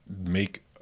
make